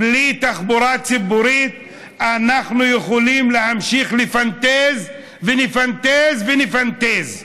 בלי תחבורה ציבורית אנחנו יכולים להמשיך לפנטז ולפנטז ולפנטז.